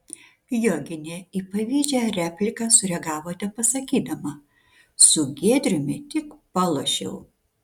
joginė į pavydžią repliką sureagavo tepasakydama su giedrium tik palošiau